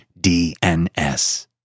DNS